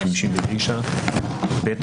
או חבר התאגיד המגיש בקשה להסדר חוב יפרט